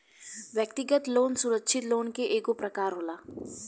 व्यक्तिगत लोन सुरक्षित लोन के एगो प्रकार होला